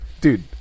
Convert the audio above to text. Dude